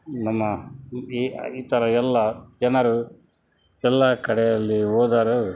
ನಮ್ಮ ಈ ಈ ಥರ ಎಲ್ಲ ಜನರು ಎಲ್ಲ ಕಡೆಯಲ್ಲಿ ಹೋದರೂ